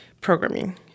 programming